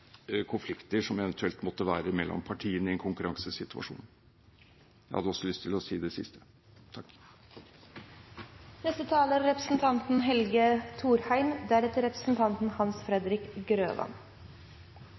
konflikter som eventuelt måtte være mellom partiene i en konkurransesituasjon. Jeg hadde også lyst til å si det siste.